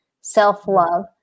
self-love